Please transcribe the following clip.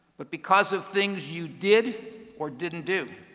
but because of things you did or didn't do.